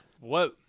Whoa